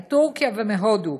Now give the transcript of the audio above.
מטורקיה ומהודו.